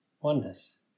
oneness